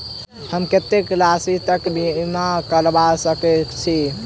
हम कत्तेक राशि तकक बीमा करबा सकै छी?